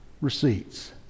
receipts